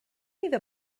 iddo